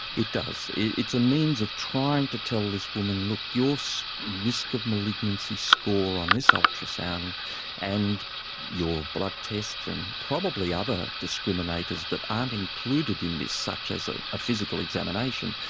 it does, it's a means of trying to tell this woman, look, your so risk of malignancy score on this ultrasound and your blood test and probably other discriminators that aren't included in this, such as ah a physical examination,